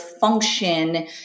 function